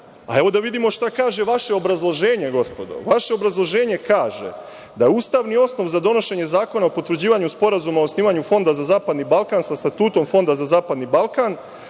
hajde da vidimo šta kaže vaše obrazloženje, gospodo, važe obrazloženje kaže da ustavni osnov za donošenje zakona o potvrđivanju Sporazuma o osnivanju Fonda za zapadni Balkan sa statutom Fonda za zapadni Balkan,